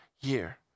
year